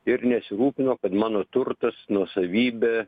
ir nesirūpino kad mano turtas nuosavybė